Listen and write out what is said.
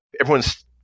everyone's